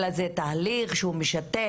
אלא זה תהליך שהוא משתף,